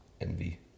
envy